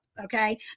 Okay